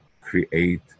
create